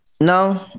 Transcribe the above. No